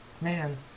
man